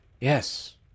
Yes